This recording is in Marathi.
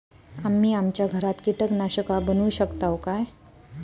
आम्ही आमच्या घरात कीटकनाशका बनवू शकताव काय?